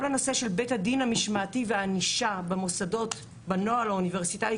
כל הנושא של בית הדין המשמעתי והענישה במוסדות בנוהל האוניברסיטאי